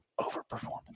overperformance